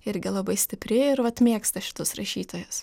irgi labai stipri ir vat mėgsta šitus rašytojus